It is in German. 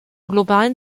globalen